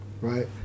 right